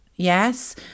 yes